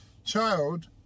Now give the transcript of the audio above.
child